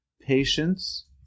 patience